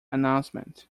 announcement